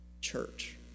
church